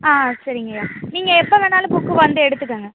ஆ சரிங்கய்யா நீங்கள் எப்போ வேணாலும் புக்கு வந்து எடுத்துக்கோங்க